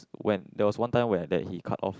when there was one time where that he cut off